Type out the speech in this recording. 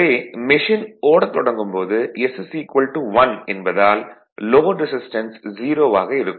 எனவே மெஷின் ஓடத் தொடங்கும் போது s 1 என்பதால் லோட் ரெசிஸ்டன்ஸ் 0 ஆக இருக்கும்